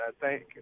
thank